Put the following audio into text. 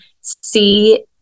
see